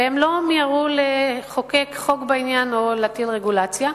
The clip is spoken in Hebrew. והם לא מיהרו לחוקק חוק בעניין או להטיל רגולציה.